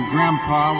Grandpa